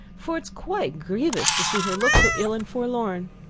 for it is quite grievous to see her look so ill and forlorn.